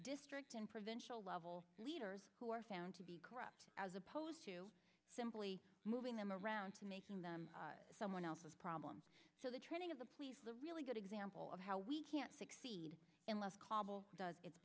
districts in provincial level leaders who are found to be corrupt as opposed to simply moving them around making them someone else's problem so the training of the police the really good example of how we can't succeed unless kabul does it